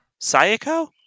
Sayako